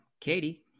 katie